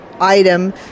item